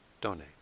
donate